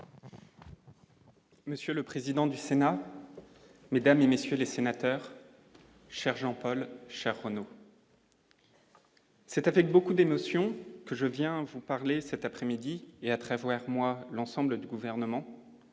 Monsieur le président du Sénat, mesdames et messieurs les sénateurs, cher Jean-Paul Chartrand non. C'est avec beaucoup d'émotion que je viens vous parler cet après-midi et, à travers moi, l'ensemble du gouvernement